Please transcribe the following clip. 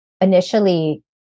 initially